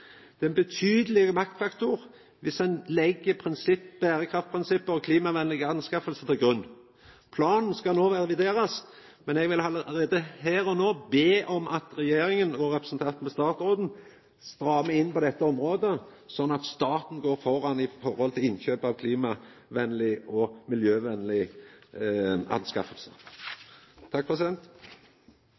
Det er ein betydeleg maktfaktor viss ein legg berekraftprinsippet og klimavennlege anskaffingar til grunn. Planen skal no reviderast, men eg vil allereie her og no be om at regjeringa, då representert ved statsråden, strammar inn på dette området sånn at staten går framfor når det gjeld innkjøp av klimavennlege og